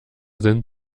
sind